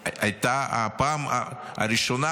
זו הייתה הפעם הראשונה,